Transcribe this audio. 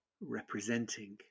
representing